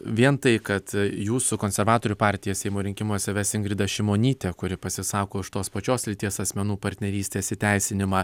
vien tai kad jūsų konservatorių partiją seimo rinkimuose ves ingrida šimonytė kuri pasisako už tos pačios lyties asmenų partnerystės įteisinimą